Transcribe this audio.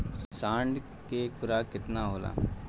साँढ़ के खुराक केतना होला?